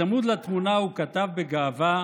צמוד לתמונה הוא כתב בגאווה